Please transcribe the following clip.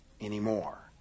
anymore